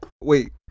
Wait